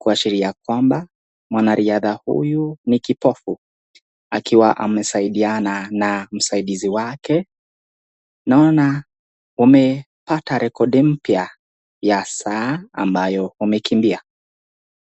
kuashiria kwamba mwanariadha huyu ni kipofu akiwa amesaidiana na msaidizi wake. Naona wamepata rekodi mpya ya saa ambayo wamekimbia.